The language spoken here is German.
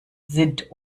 sind